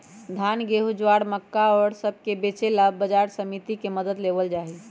धान, गेहूं, ज्वार, मक्का और सब के बेचे ला बाजार समिति के मदद लेवल जाहई